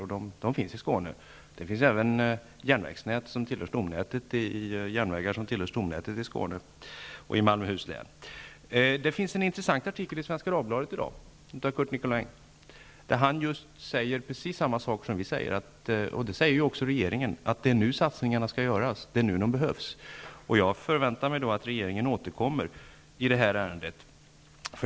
Sådana finns i Skåne. I Skåne och i Det finns i dag en intressant artikel av Curt Nicolin i Svenska Dagbladet. Han säger precis samma sak som vi och också regeringen säger, nämligen att det är nu satsningarna skall göras, att det är nu de behövs. Jag förväntar mig att regeringen återkommer i det här ärendet.